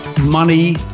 money